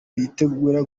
bitegura